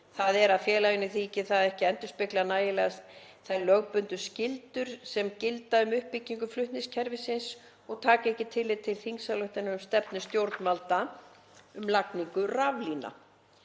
þ.e. að félaginu þyki það ekki endurspegla nægjanlega þær lögbundnu skyldur sem gilda um uppbyggingu flutningskerfisins og taki ekki tillit til þingsályktunar um stefnu stjórnvalda um lagningu raflína.